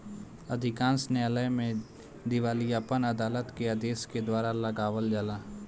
अधिकांश न्यायालय में दिवालियापन अदालत के आदेश के द्वारा लगावल जाला